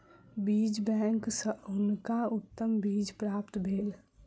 बीज बैंक सॅ हुनका उत्तम बीज प्राप्त भेल